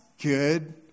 good